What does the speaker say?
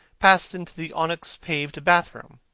passed into the onyx-paved bathroom.